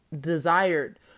desired